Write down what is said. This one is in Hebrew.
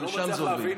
אבל לשם זה הוביל.